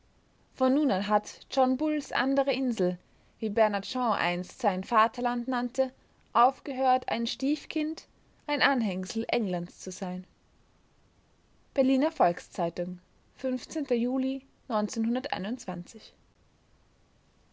von nun an hat john bulls andere insel wie bernard shaw einst sein vaterland nannte aufgehört ein stiefkind ein anhängsel englands zu sein berliner volks-zeitung juli